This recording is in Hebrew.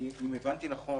אם הבנתי נכון,